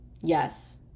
Yes